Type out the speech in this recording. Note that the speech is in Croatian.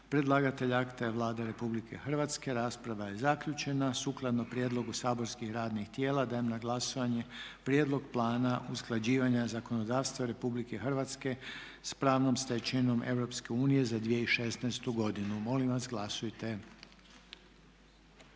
Predlagatelj akta je Vlada Republike Hrvatske. Rasprava je zaključena. Sukladno prijedlogu saborskih radnih tijela dajem na glasovanje Prijedlog plana usklađivanja zakonodavstva Republike Hrvatske s pravnom stečevinom Europske unije za 2016. godinu. Molim vas glasujte.